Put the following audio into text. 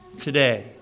today